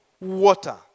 water